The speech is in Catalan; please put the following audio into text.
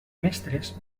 mestres